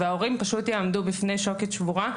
וההורים פשוט יעמדו בפני שוקת שבורה,